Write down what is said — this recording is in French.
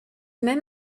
même